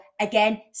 again